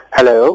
Hello